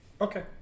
okay